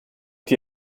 die